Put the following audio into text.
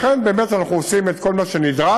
לכן, אנחנו עושים באמת את כל מה שנדרש,